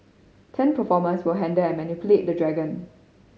ten performers will handle and manipulate the dragon